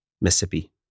Mississippi